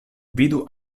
vidu